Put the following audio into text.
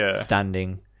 standing